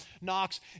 knocks